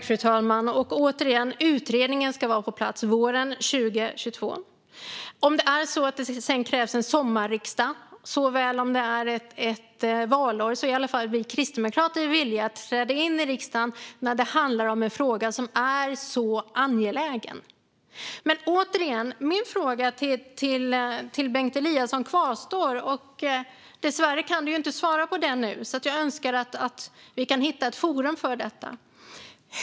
Fru talman! Utredningen ska vara på plats våren 2022. Om det sedan krävs en sommarriksdag, om det så är ett valår, är i alla fall vi kristdemokrater villiga att träda in i riksdagen när det handlar om en fråga som är så angelägen som den här. Min fråga till Bengt Eliasson kvarstår. Dessvärre kan du ju inte svara på den nu, så jag önskar att vi kan hitta ett forum för det.